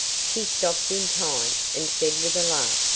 she stopped in time, and said with a laugh,